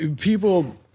People